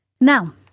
Now